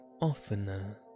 oftener